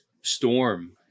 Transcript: storm